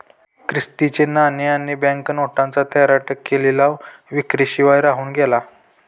Christie चे नाणे आणि बँक नोटांचा तेरा टक्के लिलाव विक्री शिवाय राहून गेला